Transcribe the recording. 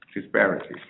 disparities